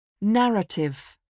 Narrative